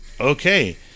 okay